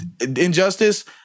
Injustice